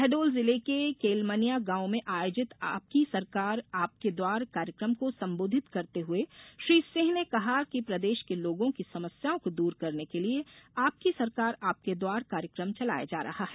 शहडोल जिले के केलमनियां गांव में आयोजित आपकी सरकार आपके द्वार कार्यक्रम को सम्बोधित करते हुए श्री सिंह ने कहा है कि प्रदेश के लोगों की समस्याओं को दूर करने के लिये आपकी सरकार आपके द्वार कार्यक्रम चलाया जा रहा है